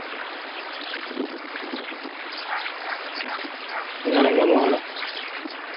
ᱢᱟᱱᱮ ᱧᱟᱢᱚᱜᱼᱟ ᱚᱸᱰᱮ